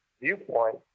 viewpoint